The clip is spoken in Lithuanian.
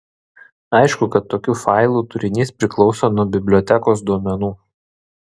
aišku kad tokių failų turinys priklauso nuo bibliotekos duomenų